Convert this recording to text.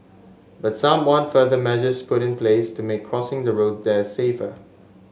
but some want further measures put in place to make crossing the road there safer